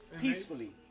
Peacefully